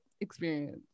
experience